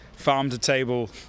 farm-to-table